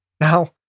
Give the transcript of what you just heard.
Now